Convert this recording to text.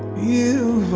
you